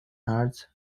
arts